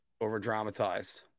over-dramatized